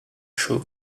shaw